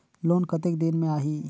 Loan कतेक दिन मे आही?